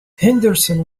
henderson